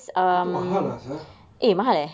tapi tu mahal ah I rasa